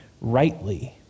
rightly